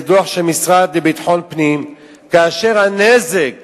זה דוח של המשרד לביטחון פנים, כאשר הנזק